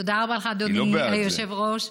תודה לך, אדוני היושב-ראש.